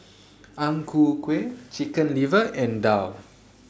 Ang Ku Kueh Chicken Liver and Daal